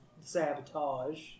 sabotage